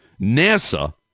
NASA